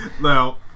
now